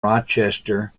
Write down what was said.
rochester